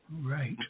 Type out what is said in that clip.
right